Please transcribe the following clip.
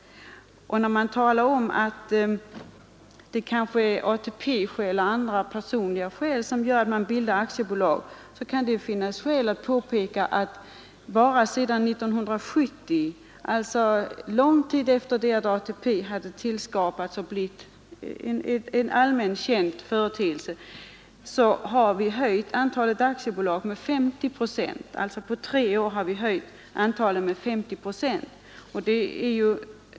När man talar om att det kanske är ATP-skäl och andra personliga skäl som gör att det bildas aktiebolag, kan det finnas anledning att påpeka att bara sedan 1970 — långt efter det att ATP skapats och blivit en allmänt känd företeelse — har antalet aktiebolag ökat med 50 procent under tre år.